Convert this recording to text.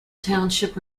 township